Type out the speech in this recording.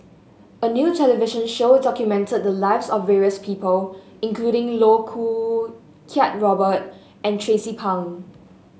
a new television show documented the lives of various people including Loh Choo Kiat Robert and Tracie Pang